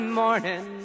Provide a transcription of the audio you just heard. morning